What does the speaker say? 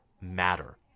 matter